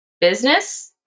business